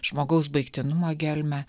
žmogaus baigtinumo gelmę